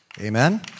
Amen